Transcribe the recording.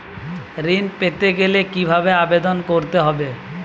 ঋণ পেতে গেলে কিভাবে আবেদন করতে হবে?